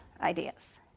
ideas